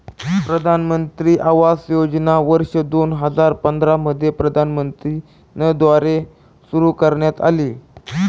प्रधानमंत्री आवास योजना वर्ष दोन हजार पंधरा मध्ये प्रधानमंत्री न द्वारे सुरू करण्यात आली